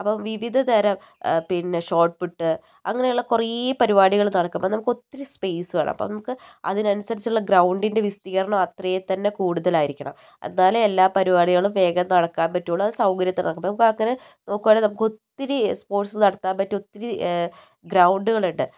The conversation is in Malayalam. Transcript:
അപ്പം വിവിധതരം പിന്നെ ഷോട്ട്പുട്ട് അങ്ങനെയുള്ള കുറേ പരിപാടികൾ നടക്കുമ്പോൾ നമുക്ക് ഒത്തിരി സ്പേസ് വേണം അപ്പം നമുക്ക് അതിനനുസരിച്ചുള്ള ഗ്രൗണ്ടിൻ്റെ വിസ്തീർണം അത്രേം തന്നെ കൂടുതലായിരിക്കണം അന്നാലേ എല്ലാ പരിപാടികളും വേഗം നടക്കാൻ പറ്റുള്ളൂ അത് സൗകര്യത്തിനാകും അങ്ങനെ നോക്കുവാണേൽ നമുക്ക് ഒത്തിരി സ്പോർട്സ് നടത്താൻ പറ്റുന്ന ഒത്തിരി ഗ്രൗണ്ടുകളുണ്ട്